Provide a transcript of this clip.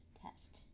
test